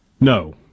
No